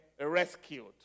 rescued